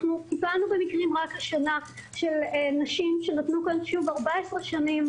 אנחנו טיפלנו רק השנה במקרים של נשים שנתנו כאן 14 שנים,